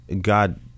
God –